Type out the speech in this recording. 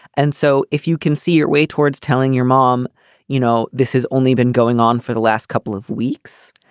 and so if you can see your way towards telling your mom you know this has only been going on for the last couple of weeks.